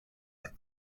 like